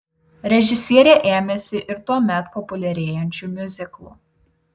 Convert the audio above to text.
režisierė ėmėsi ir tuomet populiarėjančių miuziklų